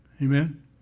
Amen